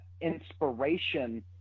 inspiration